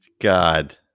God